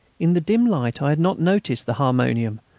in the dim light i had not noticed the harmonium,